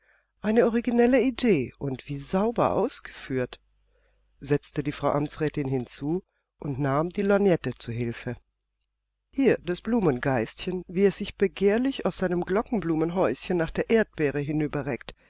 eine originelle idee und wie sauber ausgeführt setzte die frau amtsrätin hinzu und nahm die lorgnette zu hilfe hier das blumengeistchen wie es sich begehrlich aus seinem glockenblumenhäuschen nach der erdbeere